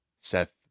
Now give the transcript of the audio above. seth